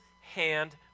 hand